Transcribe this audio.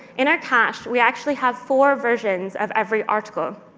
in our cache, we actually have four versions of every article.